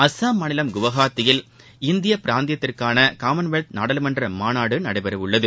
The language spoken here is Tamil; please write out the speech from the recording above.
அசாம் மாநிலம் குவஹாத்தியில் இந்தியபிராந்தியத்திற்கானகாமன்வெல்த் நாடாளுமன்றமாநாடுநடைபெறவுள்ளது